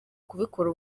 kubikora